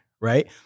right